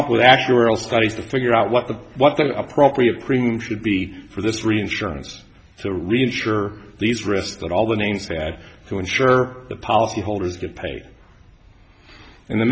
up with actuarial studies to figure out what the what the appropriate cream should be for this reinsurance to reinsure these risks that all the names bad to insure the policyholders to pay and the